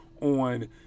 on